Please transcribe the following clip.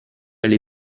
alle